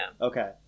Okay